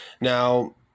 Now